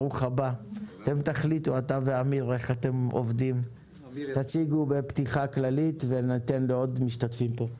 אתם תחליטו מי מציג וניתן אחר כך לעוד משתתפים פה.